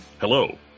Hello